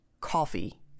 coffee